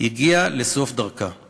הגיעה לסוף דרכה.